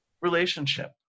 relationship